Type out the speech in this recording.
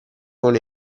con